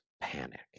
panic